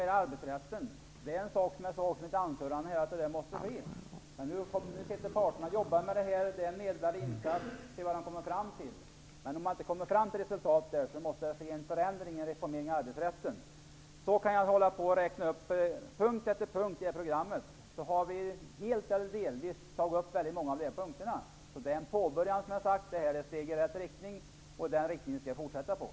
Jag sade i mitt anförande att det måste ske en reformering av arbetsrätten. Parterna jobbar med det nu, och medlare har gjort insatser. Vi får se vad de kommer fram till. Om man inte kommer fram till resultat måste det ske en förändring - en reformering i arbetsrätten. Jag kan räkna upp punkt efter punkt från programmet. Vi har helt eller delvis tagit upp väldigt många av punkterna. Det är en början, som jag har sagt. Det är ett steg i rätt riktning. Den rikningen skall vi fortsätta i.